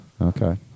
Okay